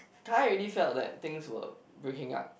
Kai already felt that things were breaking up